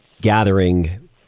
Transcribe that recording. gathering